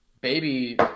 baby